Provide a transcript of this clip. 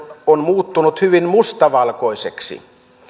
on muuttunut hyvin mustavalkoiseksi